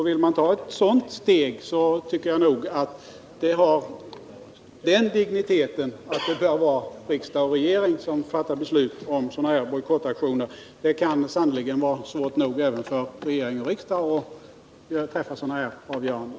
Vill man ta ett sådant steg, tycker jag nog att det har den digniteten att riksdag och regering bör fatta beslut om sådana här bojkottaktioner. Det kan sannerligen vara nog svårt även för regering och riksdag att träffa sådana här avgöranden.